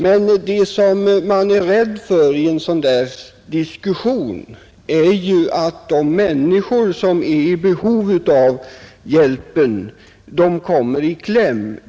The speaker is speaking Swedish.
Vad man är rädd för i en sådan diskussion är att de människor som är i behov av hjälp kommer i kläm.